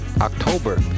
October